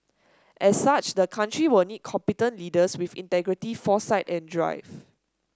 as such the country will need competent leaders with integrity foresight and drive